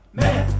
man